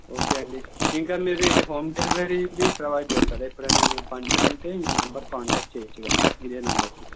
okay అండి ఇంకా మీరు ఇది హోమ్ డెలివరీది ప్రొవైడ్ చేస్తారా ఎప్పుడైనా మేము ఫంక్షన్ ఉంటే మీ నెంబర్ కాంటాక్ట్ చేయవచ్చు కదా ఇదే నెంబర్కి